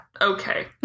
Okay